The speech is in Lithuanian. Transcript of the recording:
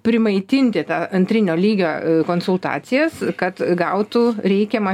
primaitinti tą antrinio lygio konsultacijas kad gautų reikiamą